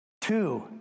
Two